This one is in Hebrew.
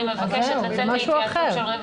אני מבקשת לצאת להתייעצות של רבע